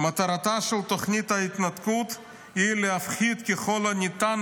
"מטרתה של תוכנית ההתנתקות היא להפחית ככל הניתן